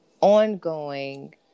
ongoing